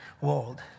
world